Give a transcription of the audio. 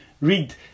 read